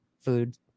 food